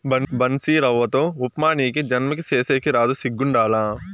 బన్సీరవ్వతో ఉప్మా నీకీ జన్మకి సేసేకి రాదు సిగ్గుండాల